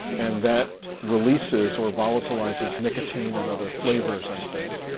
and that releases, or volatilizes nicotine and other flavors and things.